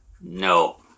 No